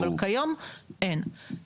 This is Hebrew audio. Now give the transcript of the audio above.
אבל כיום אין את זה.